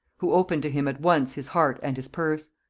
who opened to him at once his heart and his purse.